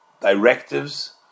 directives